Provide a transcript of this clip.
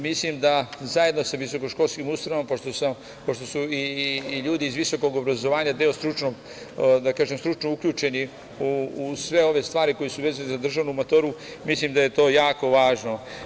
Mislim da zajedno sa visoko-školskim ustanovama, pošto su ljudi i iz visokog obrazovanja stručno uključeni u sve ove stvari koje su vezane za državnu maturu, mislim da je to jako važno.